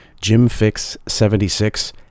jimfix76